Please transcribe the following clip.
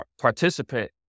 participant